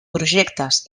projectes